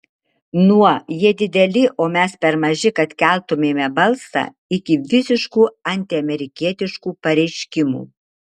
nuo jie dideli o mes per maži kad keltumėme balsą iki visiškų antiamerikietiškų pareiškimų